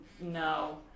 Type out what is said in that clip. No